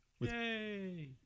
Yay